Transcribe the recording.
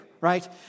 right